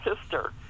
sister